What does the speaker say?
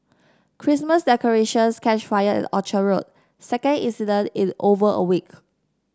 Christmas decorations catch fire at Orchard Road second incident is over a week